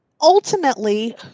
ultimately